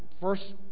first